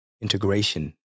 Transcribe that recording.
integration